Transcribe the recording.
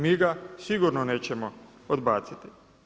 Mi ga sigurno nećemo odbaciti.